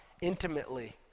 intimately